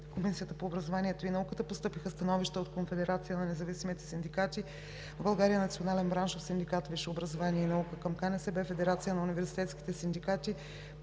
Комисията по образованието и науката постъпиха становища от: Конфедерацията на независимите синдикати в България, Националния браншов синдикат „Висше образование и наука“ – КНСБ, Федерацията на университетските синдикати,